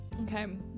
okay